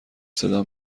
صدا